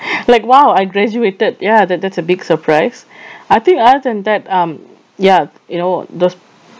like !wow! I graduated ya that that's a big surprise I think other than that um ya you know those